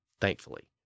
thankfully